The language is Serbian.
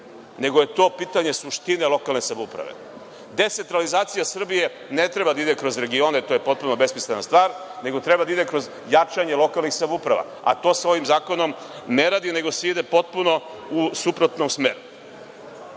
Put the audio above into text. nego je to pitanje suštine lokalne samouprave. Decentralizacija Srbije ne treba da ide kroz regione, to je potpuno besmislena stvar, nego treba da ide kroz jačanje lokalnih samouprava, a to se ovim zakonom ne radi, nego se ide potpuno u suprotnom smeru. Ja